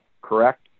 correct